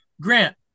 Grant